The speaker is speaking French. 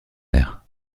l’air